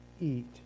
eat